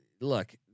Look